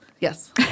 Yes